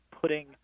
putting